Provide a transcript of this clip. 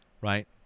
Right